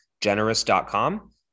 generous.com